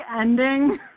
ending